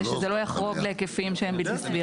כדי שזה לא יחרוג להיקפים שהם בלתי סבירים.